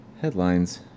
headlines